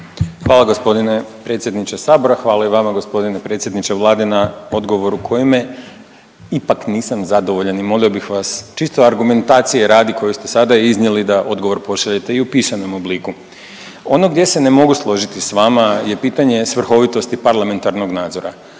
Hvala g. predsjedniče Sabora, hvala i vama g. predsjedniče Vlade na odgovoru koji me ipak, nisam zadovoljan i molio bih, čisto argumentacije radi koju ste sada iznijeli da odgovor pošaljete i u pisanom obliku. Ono gdje se ne mogu složiti s vama je pitanje svrhovitosti parlamentarnog nadzora.